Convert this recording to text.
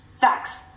Facts